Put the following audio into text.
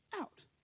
out